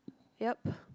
yup